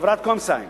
חברת "קומסיין",